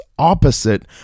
opposite